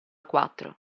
quattro